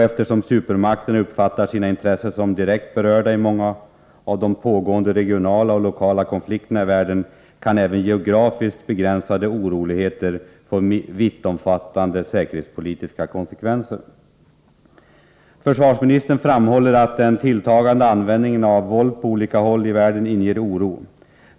Eftersom supermakterna uppfattar sina intressen som direkt berörda i många av de pågående regionala och lokala konflikterna i världen, kan även geografiskt begränsade oroligheter få vittomfattande säkerhetspolitiska konsekvenser. Försvarsministern framhåller att den tilltagande användningen av våld på olika håll i världen inger oro.